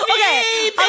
Okay